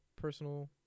personal